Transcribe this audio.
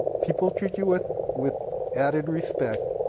people treat you with with added respect.